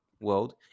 world